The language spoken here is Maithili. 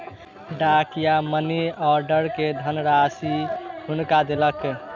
डाकिया मनी आर्डर के धनराशि हुनका देलक